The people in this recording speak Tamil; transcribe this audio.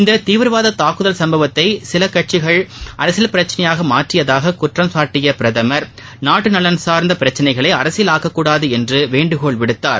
இந்தத் தீவிரவாத தூக்குதல் சம்பவத்தை சில கட்சிகள் அரசியல் பிரச்சினையாக மாற்றியதூகக் குற்றம்சாட்டிய பிரதமர்நாட்டு நலன் சார்ந்த பிரச்சினைகளை அரசியலாக்கக்கூடாது என்று வேண்டுகோள் விடுத்தார்